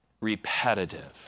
repetitive